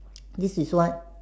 this is what